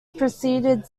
proceeded